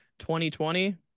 2020